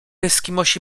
eskimosi